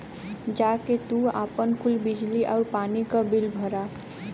जा के तू आपन कुल बिजली आउर पानी क बिल भरा